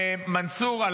על